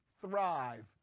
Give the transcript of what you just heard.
thrive